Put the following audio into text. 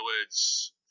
words